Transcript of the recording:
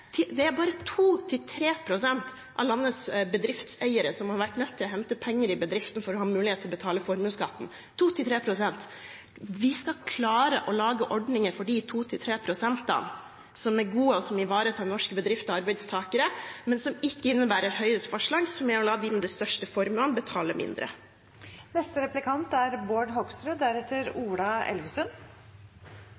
Det er bare 2–3 pst. av landets bedriftseiere som har vært nødt til å hente penger i bedriften for å ha mulighet til å betale formuesskatten – 2–3 pst. Vi skal klare å lage ordninger for de 2–3 pst. som er gode, og som ivaretar norske bedrifter og norske arbeidstakere, men som ikke innebærer at de med de største formuene betaler mindre, som Høyres forslag gjør. Det er artig å høre representanten Kaski prate om utenlandske selskaper og hvor fæle de er